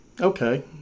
Okay